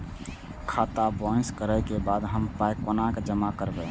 खाता बाउंस करै के बाद हम पाय कोना जमा करबै?